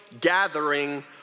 gathering